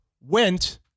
went